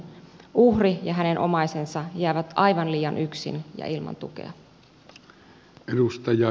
uhri ja hänen omaisensa jäävät aivan liian yksin ja ilman tukea